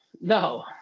No